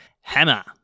hammer